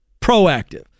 proactive